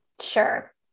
Sure